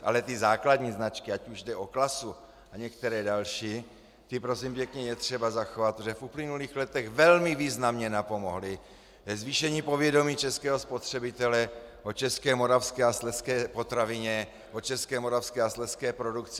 Ale ty základní značky, ať už jde o Klasu a některé další, ty prosím pěkně je třeba zachovat, protože v uplynulých letech velmi významně napomohly zvýšení povědomí českého spotřebitele o české, moravské a slezské potravině, o české, moravské a slezské produkci.